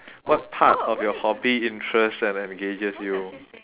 what part of your hobby interests and engages you